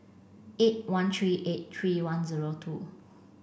eight one three eight three one zero two